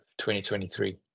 2023